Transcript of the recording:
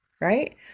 Right